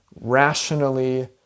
rationally